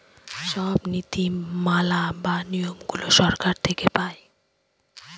সব নীতি মালা বা নিয়মগুলো সরকার থেকে পায়